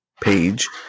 page